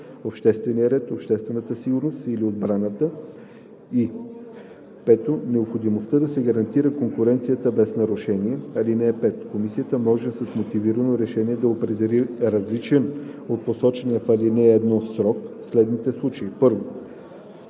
обществената сигурност или отбраната, и 5. необходимостта да се гарантира конкуренция без нарушения. (5) Комисията може с мотивирано решение да определи различен от посочения в ал. 1 срок в следните случаи: